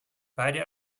beide